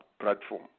platform